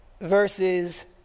verses